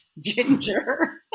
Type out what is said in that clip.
ginger